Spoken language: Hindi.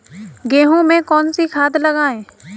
गेहूँ में कौनसी खाद लगाएँ?